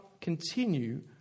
continue